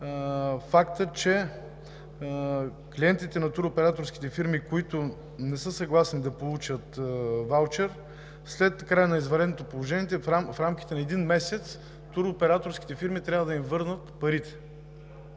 фактът, че клиентите на туроператорските фирми, които не са съгласни да получат ваучер, след края на извънредното положение в рамките на един месец туроператорските фирми трябва да им върнат парите.